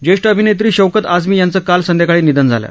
ज्येष्ठ अभिनेत्री शौकत आझमी यांचं काल संध्याकाळी निधन झालं